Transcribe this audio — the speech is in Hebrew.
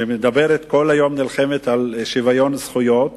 שמדברת וכל היום נלחמת על שוויון זכויות